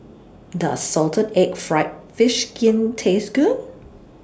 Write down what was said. Does Salted Egg Fried Fish Skin Taste Good